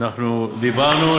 אנחנו דיברנו,